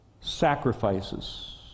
sacrifices